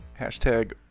Hashtag